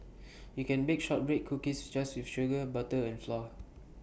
you can bake Shortbread Cookies just with sugar butter and flour